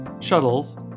shuttles